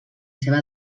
seva